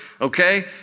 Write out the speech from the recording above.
Okay